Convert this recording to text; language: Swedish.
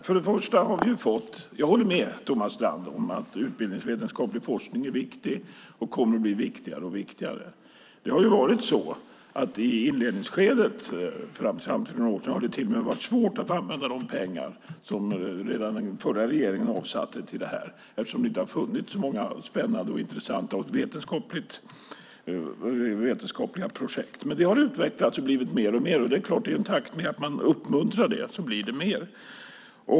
Herr talman! Jag håller med Thomas Strand om att utbildningsvetenskaplig forskning är viktig och kommer att bli allt viktigare. Fram till för några år sedan har det till och med varit svårt att använda de pengar som redan den förra regeringen avsatte till den, eftersom det inte har funnits så många spännande och intressanta vetenskapliga projekt. Men det har utvecklats och blivit mer och mer. Och det är klart att i takt med att man uppmuntrar det blir det mer.